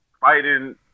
fighting